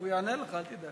הוא יענה לך, אל תדאג.